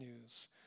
news